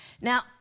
Now